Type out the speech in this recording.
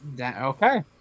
Okay